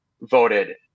voted